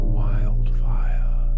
wildfire